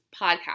podcast